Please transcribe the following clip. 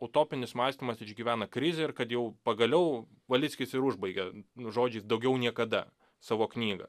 utopinis mąstymas išgyvena krizę ir kad jau pagaliau valickis ir užbaigia žodžiais daugiau niekada savo knygą